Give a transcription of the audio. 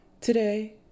Today